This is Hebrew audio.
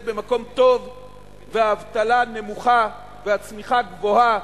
במקום טוב והאבטלה נמוכה והצמיחה גבוהה,